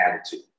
attitude